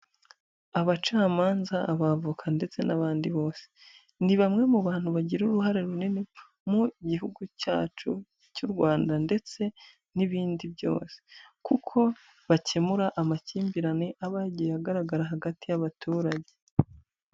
Abacamanza, abavoka ndetse n'abandi bose ni bamwe mu bantu bagira uruhare runini mu gihugu cyacu cy'u Rwanda ndetse n'ibindi byose kuko bakemura amakimbirane aba yagiye agaragara hagati y'abaturage.